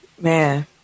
Man